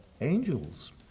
angels